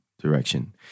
direction